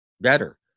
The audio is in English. better